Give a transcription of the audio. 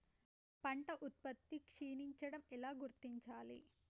పంట ఉత్పత్తి క్షీణించడం ఎలా గుర్తించాలి?